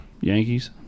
yankees